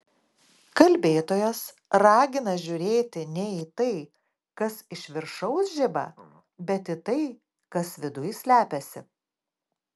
kalbėtojas ragina žiūrėti ne į tai kas iš viršaus žiba bet į tai kas viduj slepiasi